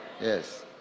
Yes